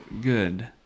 good